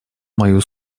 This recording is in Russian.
мою